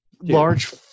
large